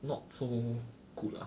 not so good lah